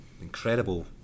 incredible